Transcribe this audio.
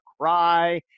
cry